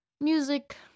music